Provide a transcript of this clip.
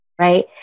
right